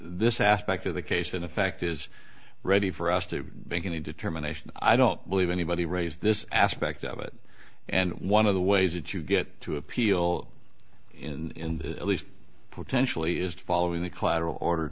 this aspect of the case in effect is ready for us to make any determination i don't believe anybody raise this aspect of it and one of the ways that you get to appeal in the least potentially is to follow in the collateral order